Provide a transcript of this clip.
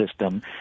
system